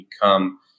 become